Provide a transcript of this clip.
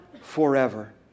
forever